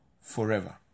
forever